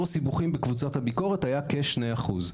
הסיבוכים בקבוצת הביקורת היה כ-2%.